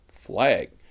Flag